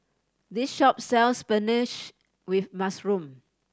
this shop sells spinach with mushroom